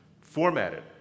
formatted